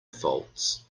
faults